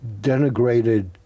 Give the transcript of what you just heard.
denigrated